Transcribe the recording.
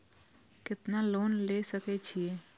केतना लोन ले सके छीये?